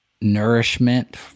nourishment